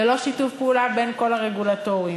ללא שיתוף פעולה בין כל הרגולטורים.